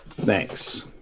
Thanks